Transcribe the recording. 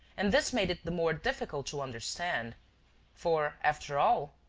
and this made it the more difficult to understand for, after all,